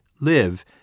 live